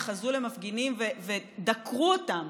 התחזו למפגינים ודקרו אותם.